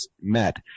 met